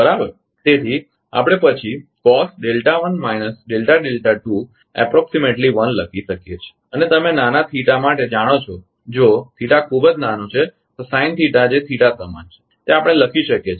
તેથી આપણે પછી લખી શકીએ છીએ અને તમે નાના થીટા માટે જાણો છો જો થેટા ખૂબ જ નાનો છે તો sin thetaસાઇન થેટા જે થેટા સમાન છે તે આપણે લખી શકીએ બરાબર